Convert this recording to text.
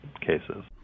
cases